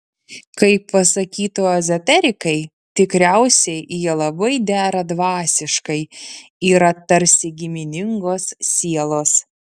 kaip pasakytų ezoterikai tikriausiai jie labai dera dvasiškai yra tarsi giminingos sielos